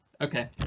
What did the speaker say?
Okay